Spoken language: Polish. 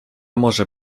może